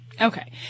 okay